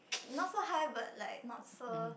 not so high but not so